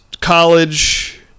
college